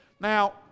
Now